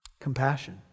compassion